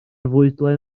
fwydlen